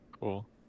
Cool